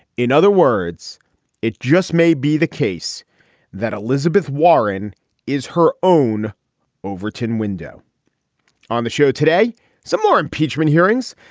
in other words it just may be the case that elizabeth warren is her own overton window on the show today some more impeachment hearings.